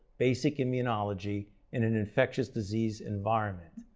basic immunology in an infectious disease environment.